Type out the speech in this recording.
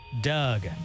doug